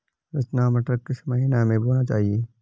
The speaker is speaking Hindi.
रचना मटर किस महीना में बोना चाहिए?